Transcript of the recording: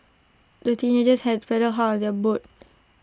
the teenagers had paddled hard their boat